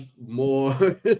more